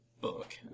book